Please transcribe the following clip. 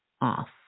off